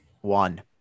One